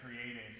created